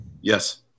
Yes